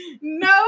No